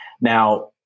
Now